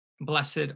Blessed